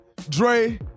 Dre